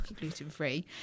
gluten-free